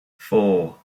four